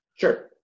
Sure